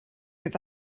oedd